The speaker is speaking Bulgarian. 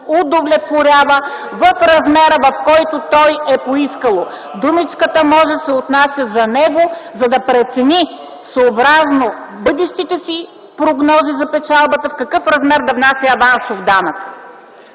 удовлетворява в размера, в който то е поискало. Думичката „може” се отнася за него, за да прецени, съобразно бъдещите си прогнози за печалбата, в какъв размер да внася авансов данък.